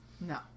no